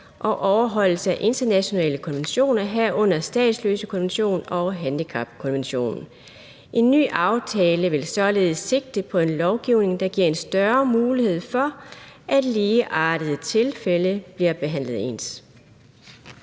og overholdelse af internationale konventioner, herunder statsløsekonventionen og handicapkonventionen. En ny aftale vil således sigte på en lovgivning, der giver en større mulighed for, at ligeartede tilfælde bliver behandlet ens.«